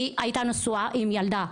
כי היא הייתה נשואה עם ילדה,